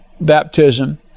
baptism